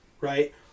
right